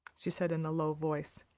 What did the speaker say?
she said, in a low voice.